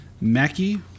Mackie